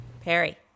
Perry